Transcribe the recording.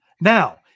Now